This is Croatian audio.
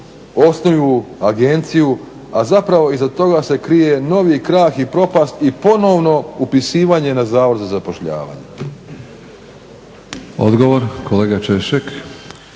osnuju agenciju, a zapravo iza toga se krije novi krah i propast i ponovno upisivanje na zavod za zapošljavanje.